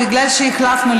בגלל שהחלפנו,